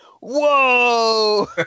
whoa